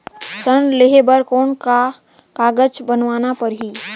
ऋण लेहे बर कौन का कागज बनवाना परही?